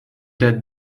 date